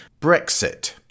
Brexit